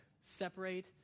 separate